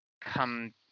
come